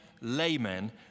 laymen